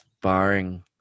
barring